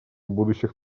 будущих